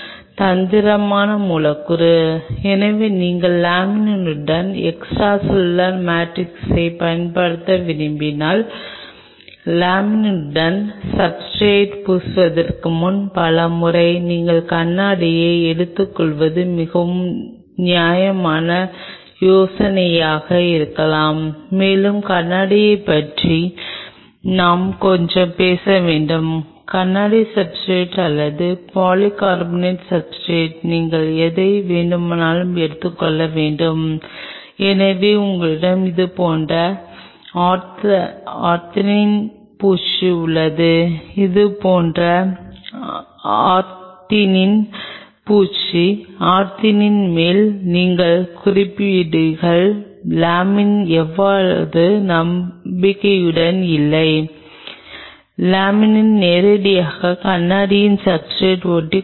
இப்போது நீங்கள் என்ன செய்கிறீர்கள் என்றால் நீங்கள் சப்ஸ்ர்டேட் பூசினால் கொலாஜன் அடிப்படையில் வெவ்வேறு செறிவுகளில் பயன்படுத்தப்படலாம் நீங்கள் ஒரு நொடி செய்யலாம் நீங்கள் கொலாஜனின் ஒரு தின் பிலிம் உருவாக்கலாம் நீங்கள் கொலாஜனின் தின் ஜெல் செய்யலாம் மற்றும் கொலாஜனின் திக் ஜெல் செய்யலாம்